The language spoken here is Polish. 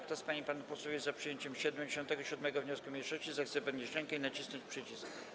Kto z pań i panów posłów jest za przyjęciem 77. wniosku mniejszości, zechce podnieść rękę i nacisnąć przycisk.